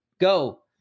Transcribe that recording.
Go